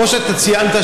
כמו שאתה ציינת,